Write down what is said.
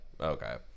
Okay